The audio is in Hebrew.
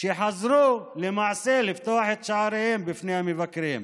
שחזרו למעשה לפתוח את שעריהם בפני המבקרים.